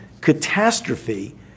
catastrophe